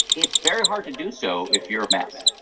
it's very hard to do so if you're a mess.